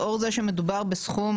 לאור זה שמדובר בסכום